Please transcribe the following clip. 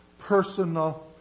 personal